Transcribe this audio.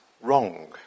wrong